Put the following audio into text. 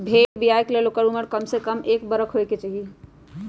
भेड़ कें बियाय के लेल ओकर उमर कमसे कम एक बरख होयके चाही